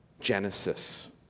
Genesis